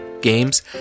games